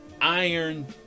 iron